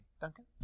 Duncan